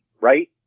right